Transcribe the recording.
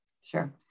Sure